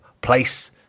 place